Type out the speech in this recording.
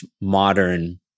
modern